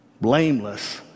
blameless